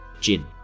Jin